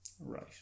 Right